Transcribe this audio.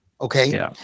Okay